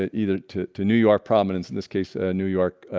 ah either to to new york prominence in this case a new york